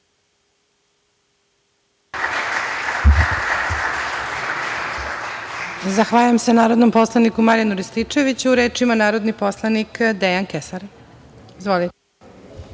Zahvaljujem se narodnom poslaniku Marijanu Rističeviću. Reč ima narodni poslanik Dejan Kesar. Izvolite.